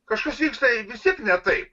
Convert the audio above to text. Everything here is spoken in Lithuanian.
kažkas vyksta vis tiek ne taip